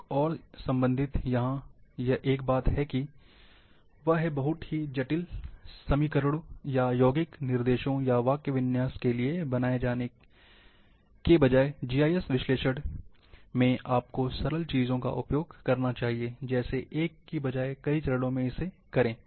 एक और संबंधित बात यहाँ यह है कि वह है बहुत जटिल समीकरणों या यौगिक निर्देशों या वाक्यविन्यास के लिए जाने के बजाय जीआईएस विश्लेषण मेन आपको सरल चीज़ों का उपयोग करना चाहिए जैसे एक की बजाय कई चरणों में इसे करके